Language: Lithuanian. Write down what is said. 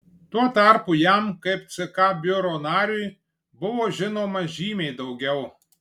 tuo tarpu jam kaip ck biuro nariui buvo žinoma žymiai daugiau